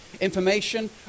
information